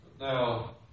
Now